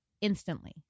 instantly